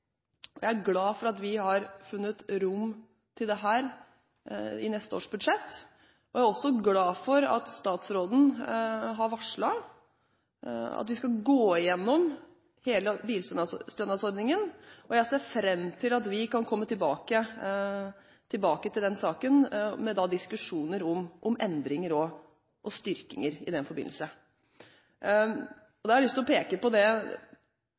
Jeg er glad for at vi har funnet rom til dette i neste års budsjett. Jeg er også glad for at statsråden har varslet at vi skal gå igjennom hele bilstønadsordningen, og jeg ser fram til at vi kan komme tilbake til den saken med diskusjoner om endringer og styrkinger i den forbindelse. Da har jeg lyst til å peke på det